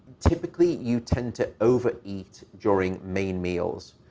typically, you tend to over eat during main meals.